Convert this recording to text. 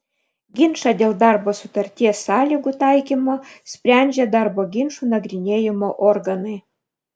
ginčą dėl darbo sutarties sąlygų taikymo sprendžia darbo ginčų nagrinėjimo organai